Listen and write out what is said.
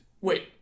Wait